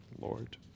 Lord